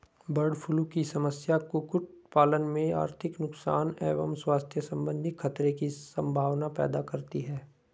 bird flu की समस्या कुक्कुट पालन में आर्थिक नुकसान एवं स्वास्थ्य सम्बन्धी खतरे की सम्भावना पैदा करती है